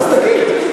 אז תגיד.